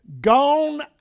Gone